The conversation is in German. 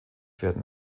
werden